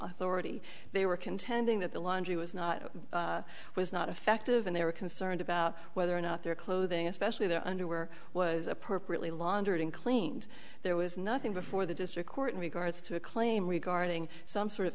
authority they were contending that the laundry was not was not effective and they were concerned about whether or not their clothing especially their underwear was appropriately laundered and claimed there was nothing before the district court in regards to a claim regarding some sort of